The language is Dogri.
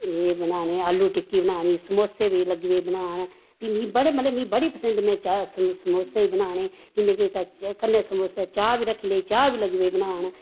एह् बनाने आलू टिक्की बनानी फ्ही समोसे लगी पेई बनान फ्ही मीं मतलव बड़ी पसिंद में चा समोसे बनाने फ्ही में केह् कीता कन्नै समोसे चा बी रक्खी लेई चाह् बी लगी पेई बनान